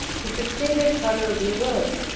he succeeded tolerably well,